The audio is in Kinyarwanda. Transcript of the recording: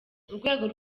urwego